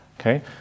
Okay